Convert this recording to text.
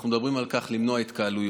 אנחנו מדברים על למנוע התקהלויות,